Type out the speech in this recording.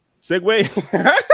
segue